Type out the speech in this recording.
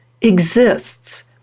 exists